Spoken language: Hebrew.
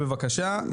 בבקשה,